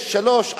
יש שלוש,